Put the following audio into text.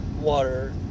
water